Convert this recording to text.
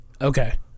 Okay